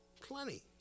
Plenty